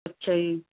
ਅੱਛਾ ਜੀ